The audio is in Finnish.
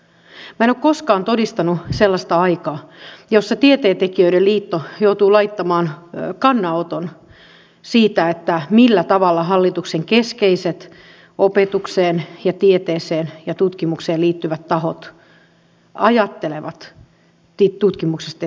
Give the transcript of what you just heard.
minä en ole koskaan todistanut sellaista aikaa jossa tieteentekijöiden liitto joutuu laittamaan kannanoton siitä millä tavalla hallituksen keskeiset opetukseen tieteeseen ja tutkimukseen liittyvät tahot ajattelevat tutkimuksesta ja tieteestä